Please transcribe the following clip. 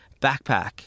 backpack